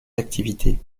activités